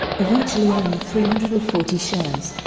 eventually owning three hundred and forty shares,